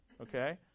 okay